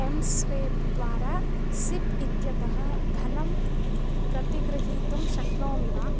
एं swap द्वारा SIP इत्यतः धनं प्रतिगृहीतुं शक्नोमि वा